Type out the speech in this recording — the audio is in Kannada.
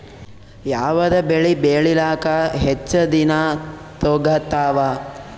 ಯಾವದ ಬೆಳಿ ಬೇಳಿಲಾಕ ಹೆಚ್ಚ ದಿನಾ ತೋಗತ್ತಾವ?